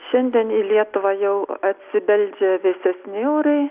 šiandien į lietuvą jau atsibeldžia vėsesni orai